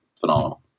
phenomenal